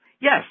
Yes